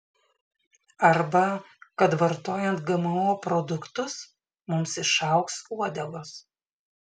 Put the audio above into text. arba kad vartojant gmo produktus mums išaugs uodegos